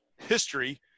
history